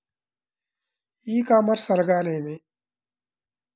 ఈ కామర్స్ అనగానేమి?